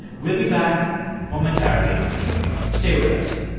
we'll be back momentarily stay with us